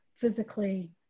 physically